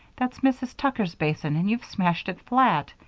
that's mrs. tucker's basin and you've smashed it flat.